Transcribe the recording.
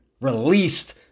Released